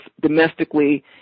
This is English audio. domestically